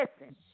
listen